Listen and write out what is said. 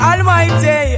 Almighty